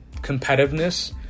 competitiveness